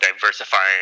diversifying